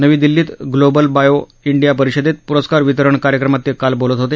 नवी दिल्लीत global bio India परिषदेत प्रस्कार वितरण कार्यक्रमात ते काल बोलत होते